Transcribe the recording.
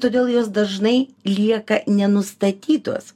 todėl jos dažnai lieka nenustatytos